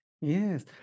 yes